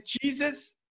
Jesus